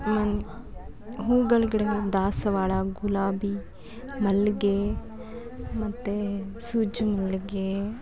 ಮನೆ ಹೂಗಳು ಗಿಡಗಳು ದಾಸವಾಳ ಗುಲಾಬಿ ಮಲ್ಲಿಗೆ ಮತ್ತು ಸೂಜಿ ಮಲ್ಲಿಗೆ